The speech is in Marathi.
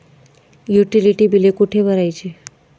युटिलिटी बिले कुठे भरायची?